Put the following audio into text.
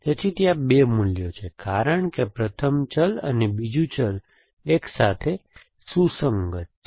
તેથી ત્યાં 2 મૂલ્યો છે કારણ કે પ્રથમ ચલ અને બીજું ચલ એક સાથે સુસંગત છે